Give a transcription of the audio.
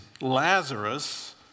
Lazarus